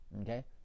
okay